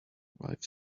live